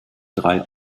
drei